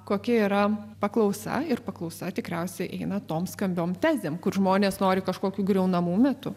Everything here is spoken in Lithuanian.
kokia yra paklausa ir paklausa tikriausiai eina tom skambiom tezėm kur žmonės nori kažkokių griaunamų mitų